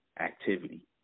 activity